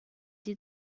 des